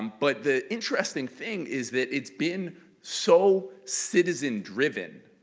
but the interesting thing is that it's been so citizen driven.